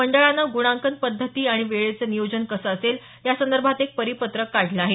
मंडळाने गुणांकन पद्धती आणि वेळाचं नियोजन कसं असेल यासंदर्भात एक परिपत्रक काढलं आहे